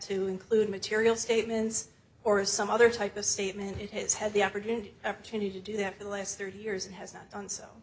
to include material statements or some other type of statement it has had the opportunity to do that for the last thirty years and has not done so